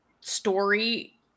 story